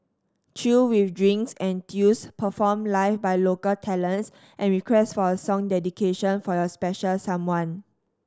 chill with drinks and tunes performed live by local talents and request for a song dedication for your special someone